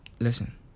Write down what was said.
listen